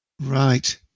Right